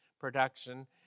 production